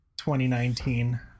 2019